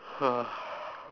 ah